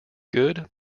good